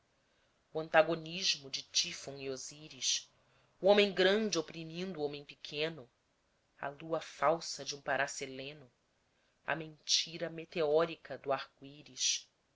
antagonismo de tífon e osíris o homem grande oprimindo o homem pequeno a lua falsa de um parasseleno a mentira meteórica do arco íris